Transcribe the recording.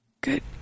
good